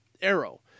Arrow